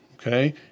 okay